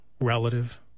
relative